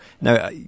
Now